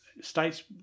States